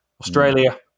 Australia